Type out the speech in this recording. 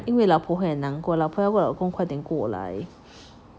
因为老婆会难过老婆老公快点过来